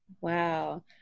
Wow